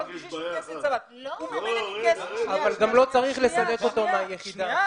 אבל גג לא צריך לסלק אותו מהיחידה.